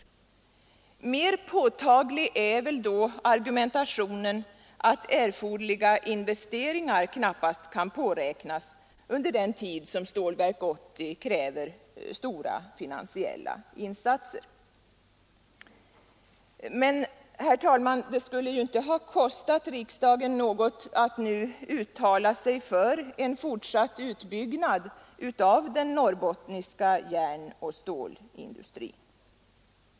Mer påtaglig är väl då argumentationen att erforderliga investeringar knappast kan påräknas under den tid som Stålverk 80 kräver stora finansiella insatser. Men, herr talman, det skulle ju inte ha kostat riksdagen något att uttala sig för en fortsatt utbyggnad av den norrbottniska järnoch stålindustrin.